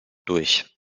durch